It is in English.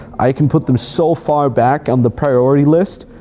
i can put them so far back on the priority list,